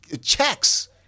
checks